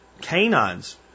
canines